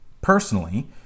Personally